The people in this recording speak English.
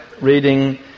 reading